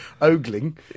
ogling